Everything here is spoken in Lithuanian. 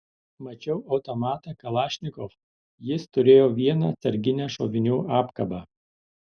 mačiau automatą kalašnikov jis turėjo vieną atsarginę šovinių apkabą